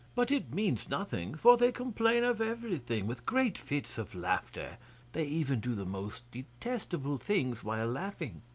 but it means nothing, for they complain of everything with great fits of laughter they even do the most detestable things while laughing.